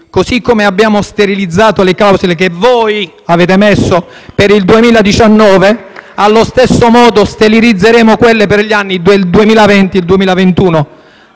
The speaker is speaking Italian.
come abbiamo sterilizzato le clausole che voi avete messo per il 2019, allo stesso modo sterilizzeremo quelle per gli anni 2020-2021,